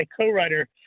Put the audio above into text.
co-writer